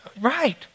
Right